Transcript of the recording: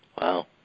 Wow